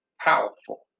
powerful